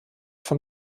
von